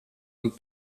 und